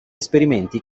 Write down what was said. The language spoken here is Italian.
esperimenti